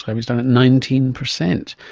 um is done at nineteen percent.